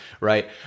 Right